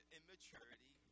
immaturity